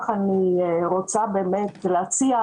אני רוצה להציע,